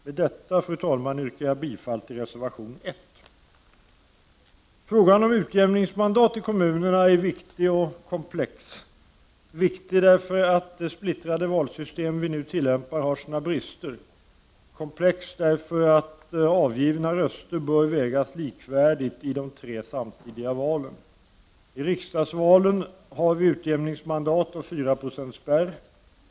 Med detta, fru talman, yrkar jag bifall till reservation 1. Frågan om utjämningsmandat i kommunerna är viktig och komplex — viktig därför att det splittrade valsystem vi nu tillämpar har sina brister, komplex därför att avgivna röster bör vägas likvärdigt i de tre samtidiga valen. I riksdagsval finns utjämningsmandat och fyraprocentsspärr.